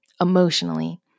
emotionally